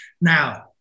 Now